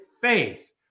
faith